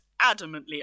adamantly